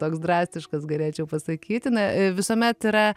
toks drastiškas galėčiau pasakyti na visuomet yra